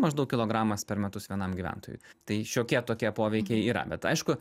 maždaug kilogramas per metus vienam gyventojui tai šiokie tokie poveikiai yra bet aišku